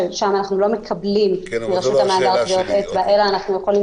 ששם אנחנו לא מקבלים מרשות המאגר טביעות אצבע אלא יכולים